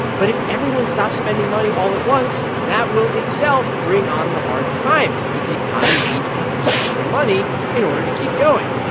but if everyone stops spending money all at once, that will itself bring on the hard times because the economy needs people to spend their money in order to keep going.